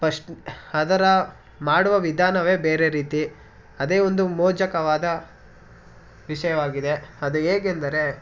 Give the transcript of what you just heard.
first ಅದರ ಮಾಡುವ ವಿಧಾನವೇ ಬೇರೆ ರೀತಿ ಅದೇ ಒಂದು ಮೋಚಕವಾದ ವಿಷಯವಾಗಿದೆ ಅದು ಹೇಗೆಂದರೆ